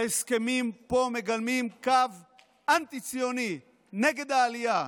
ההסכמים פה מגלמים קו אנטי-ציוני נגד העלייה.